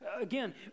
Again